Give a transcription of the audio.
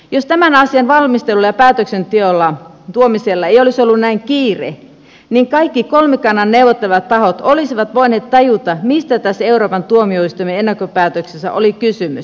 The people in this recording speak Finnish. jos tämän asian valmistelulla ja päätöksenteolla tuomisella ei olisi ollut näin kiire niin kaikki kolmikannan neuvottelevat tahot olisivat voineet tajuta mistä tässä euroopan tuomioistuimen ennakkopäätöksessä oli kysymys